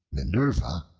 minerva,